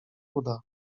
uda